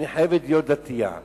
אני חייבת להיות דתייה.